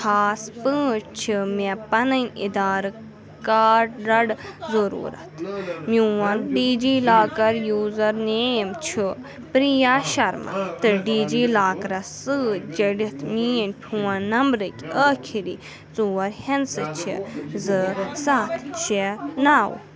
خاص پٲٹھۍ چھِ مےٚ پنٕنۍ اِدارٕ کارڈ ڈڈ ضروٗرت میٛون DigiLocker user name چھُ پریا شرما تہٕ ڈی جی لاکرس سۭتۍ جٔڈِتھ میٛٲنۍ فون نبمرٕکۍ ٲخری ژور ہِنٛدسہٕ چھِ زٕ سَتھ شےٚ نو